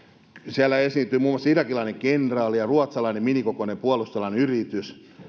siellä esiintyi muun muassa irakilainen kenraali ja ruotsalainen minikokoinen puolustusalan yritys